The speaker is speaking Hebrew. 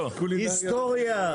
היסטוריה.